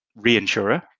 reinsurer